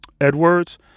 Edwards